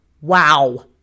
Wow